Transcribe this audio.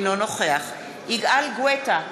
אינו נוכח יגאל גואטה,